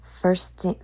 first